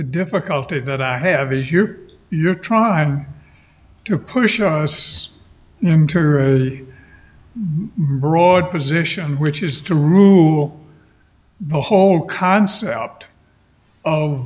difficulty that i have is you're you're trying to push us into a broad position which is to rule the whole concept of